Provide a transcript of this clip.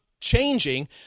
changing